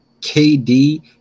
KD